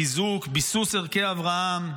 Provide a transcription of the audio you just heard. חיזוק וביסוס ערכי אברהם,